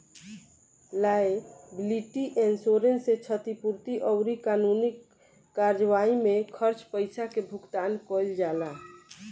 liability insurance से क्षतिपूर्ति अउरी कानूनी कार्यवाई में खर्च पईसा के भुगतान कईल जाला